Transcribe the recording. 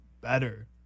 better